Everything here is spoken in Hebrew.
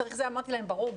אמרתי להם שזה ברור,